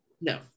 no